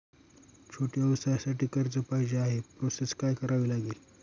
छोट्या व्यवसायासाठी कर्ज पाहिजे आहे प्रोसेस काय करावी लागेल?